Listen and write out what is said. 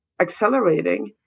accelerating